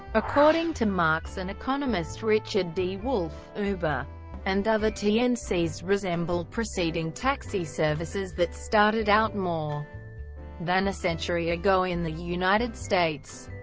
according to marxian economist richard d. wolff, uber and other tncs resemble preceding taxi services that started out more than a century ago in the united states